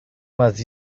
mas